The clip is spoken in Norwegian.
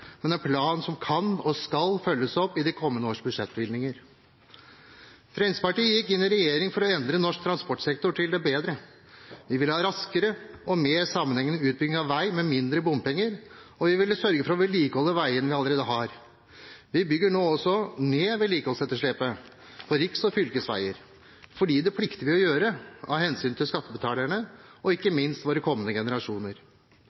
men en plan som kan og skal følges opp i de kommende års budsjettbevilgninger. Fremskrittspartiet gikk inn i regjering for å endre norsk transportsektor til det bedre. Vi ville ha raskere og mer sammenhengende utbygging av vei, med mindre bompenger, og vi ville sørge for å vedlikeholde veiene vi allerede har. Vi bygger nå ned vedlikeholdsetterslepet på riks- og fylkesveier. Det plikter vi å gjøre av hensyn til skattebetalerne og, ikke